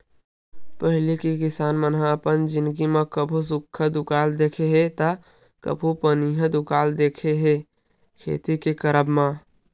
पहिली के किसान मन ह अपन जिनगी म कभू सुक्खा दुकाल देखे हे ता कभू पनिहा दुकाल देखे हे खेती के करब म